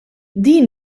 din